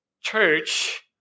church